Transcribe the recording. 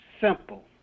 Simple